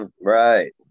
Right